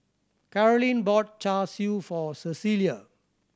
Carolyne bought Char Siu for Cecilia